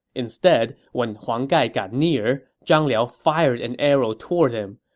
instead, when huang gai got near, zhang liao fired an arrow toward him.